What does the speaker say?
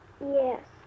Yes